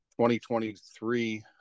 2023